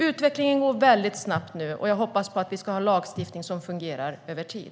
Utvecklingen går väldigt snabbt nu, och jag hoppas att vi ska ha lagstiftning som fungerar över tid.